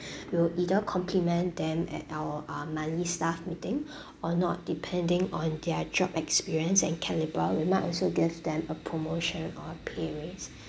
we will either compliment them at our uh monthly staff meeting or not depending on their job experience and calibre we might also give them a promotion or a pay raise